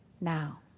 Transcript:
now